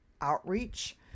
outreach